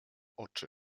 oczy